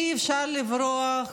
אי-אפשר לברוח